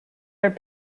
are